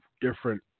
Different